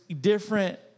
different